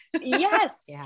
yes